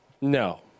No